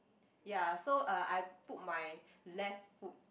ya so uh I put my left foot